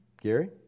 Gary